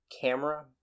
camera